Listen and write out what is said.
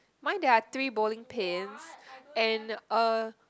mine there are three bowling pins and a